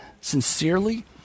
sincerely